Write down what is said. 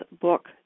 book